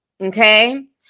Okay